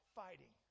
fighting